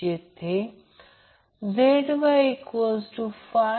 तर या प्रकरणात line current magnitude phase current म्हणून लिहा